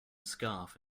scarf